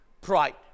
pride